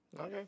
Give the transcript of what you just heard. Okay